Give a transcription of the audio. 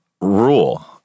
rule